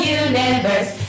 universe